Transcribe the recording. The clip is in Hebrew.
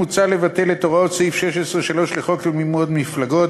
מוצע לבטל את הוראות סעיף 16(3) לחוק מימון מפלגות,